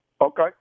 Okay